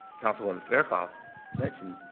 councilwoman fairclough mentioned,